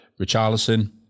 Richarlison